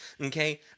okay